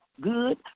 good